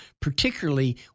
particularly